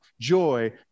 joy